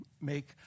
make